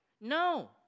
No